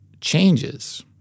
changes